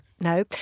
no